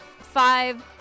five